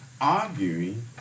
arguing